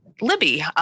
Libby